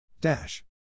Dash